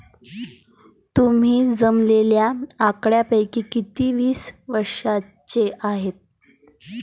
तुम्ही जमवलेल्या आकड्यांपैकी किती वीस वर्षांचे आहेत?